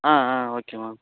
ஆ ஆ ஒகேம்மா